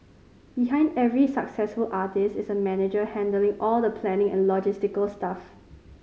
behind every successful artist is a manager handling all the planning and logistical stuff